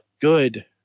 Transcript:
good